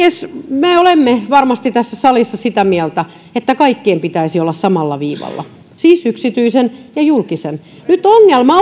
me olemme varmasti tässä salissa sitä mieltä että kaikkien pitäisi olla samalla viivalla siis yksityisen ja julkisen nyt ongelma